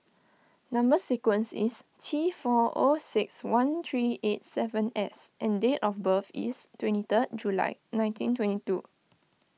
Number Sequence is T four O six one three eight seven S and date of birth is twenty third July nineteen twenty two